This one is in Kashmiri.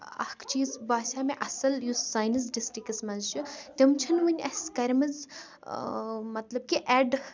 اکھ چیٖز باسیٚو مےٚ اَصل یُس سٲنِس ڈِسٹرکٹس منٛز چھُ تِم چھِ نہٕ وُنہِ اَسہِ کَرمژٕ مطلب کہِ ایڈ